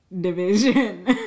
division